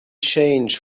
change